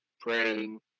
praying